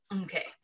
Okay